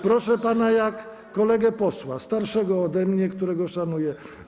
Proszę pana jak kolegę posła, starszego ode mnie, którego szanuję.